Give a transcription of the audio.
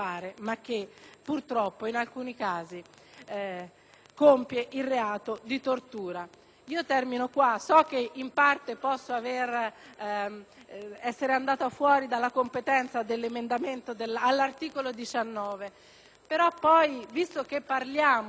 io termino qui e so che, in parte, posso essere andata fuori dall'ambito di competenza degli emendamenti all'articolo 19, però, visto che parliamo anche di come trattare gli immigrati, di come sanzionarli, di come punirli e di come